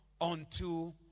unto